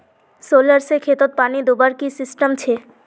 Solar से खेतोत पानी दुबार की सिस्टम छे?